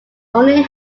only